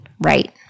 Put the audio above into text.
Right